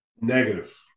Negative